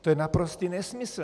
To je naprostý nesmysl.